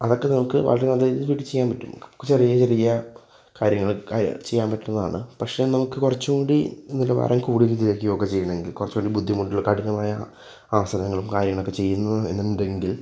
അതൊക്കെ നമുക്ക് വളരെ അധികം വീട്ടിൽ ചെയ്യാൻ പറ്റും നമുക്ക് ചെറിയ ചെറിയ കാര്യങ്ങളൊക്കെ ചെയ്യാൻ പറ്റുന്നതാണ് പക്ഷേ നമുക്ക് കുറച്ച് കൂടി നിലവാരം കൂടിയ യോഗ ചെയ്യണമെങ്കിൽ കുറച്ച്കൂടി ബുദ്ധിമുട്ടുള്ള കഠിനമായ ആസനങ്ങളും കാര്യങ്ങളൊക്കെ ചെയ്യുന്നു എന്നുണ്ടങ്കിൽ